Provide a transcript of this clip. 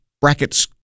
Brackets